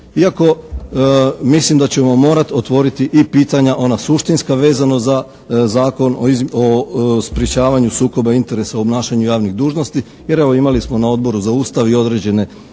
iako mislim da ćemo morati otvoriti i pitanja, ona suštinska vezano za Zakon o sprječavanju sukoba interesa u obnašanju javnih dužnosti. Jer evo, imali smo na Odboru za Ustav i određene zahtjeve,